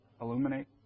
illuminate